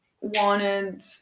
wanted